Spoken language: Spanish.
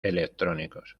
electrónicos